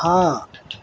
ہاں